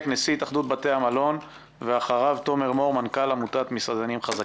תודה לכם על הדיון החשוב